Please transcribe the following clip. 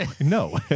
no